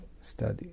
study